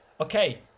Okay